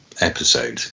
episode